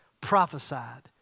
prophesied